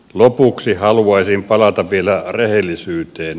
lopuksi haluaisin palata vielä rehellisyyteen